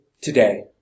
today